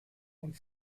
und